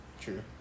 True